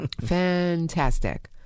Fantastic